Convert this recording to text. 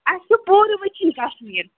اَسہِ چھِ پوٗرٕ وٕچھِنۍ کشمیٖر